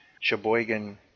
Sheboygan